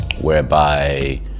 whereby